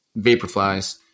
Vaporflies